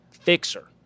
Fixer